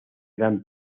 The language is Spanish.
grand